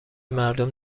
مردم